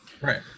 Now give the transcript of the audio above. Right